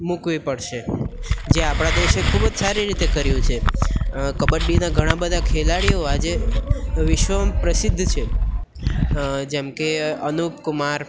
મૂકવી પડશે જે આપણા દેશે ખૂબ જ સારી રીતે કર્યું છે કબડ્ડીના ઘણા બધા ખેલાડીઓ આજે વિશ્વમાં પ્રસિદ્ધ છે જેમકે અનુપકુમાર